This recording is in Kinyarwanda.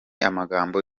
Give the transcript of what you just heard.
amagambo